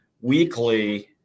weekly